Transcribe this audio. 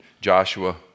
Joshua